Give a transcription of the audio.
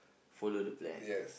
follow the plan